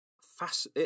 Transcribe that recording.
fast